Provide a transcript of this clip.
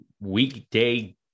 weekday